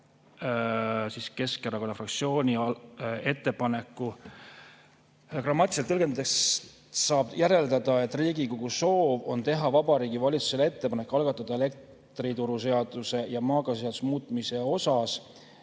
Keskerakonna fraktsiooni ettepanekut grammatiliselt tõlgendades saab järeldada, et Riigikogu soov on teha Vabariigi Valitsusele ettepanek algatada elektrituruseaduse ja maagaasiseaduse muutmine osas,